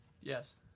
Yes